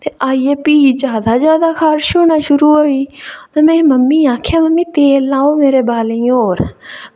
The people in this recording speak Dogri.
ते आइयै फ्ही जैदा जैदा खारश होना शुरू होई ते में मम्मी आखेआ मम्मी तेल लाओ मेरे बालें और